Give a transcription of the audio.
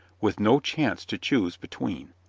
with no chance to choose between.